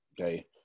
okay